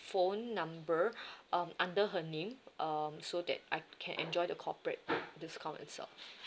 phone number um under her name um so that I can enjoy the corporate discount itself